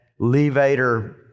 levator